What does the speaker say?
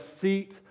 seat